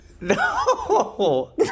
No